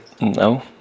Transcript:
No